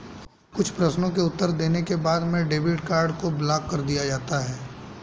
कुछ प्रश्नों के उत्तर देने के बाद में डेबिट कार्ड को ब्लाक कर दिया जाता है